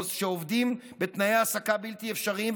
שעובדים בתנאי העסקה בלתי אפשריים,